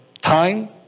time